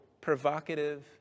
provocative